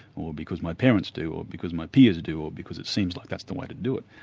or because my parents do, or because my peers do, or because it seems like that's the way to do it.